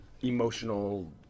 emotional